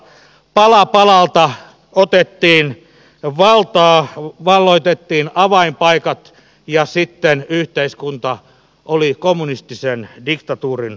pala palalta otettiin valtaa valloitettiin avainpaikat ja sitten yhteiskunta oli kommunistisen diktatuurin hallinnassa